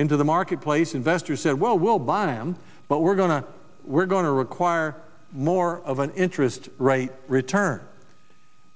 into the marketplace investors said well we'll buy em but we're going to we're going to require more of an interest rate return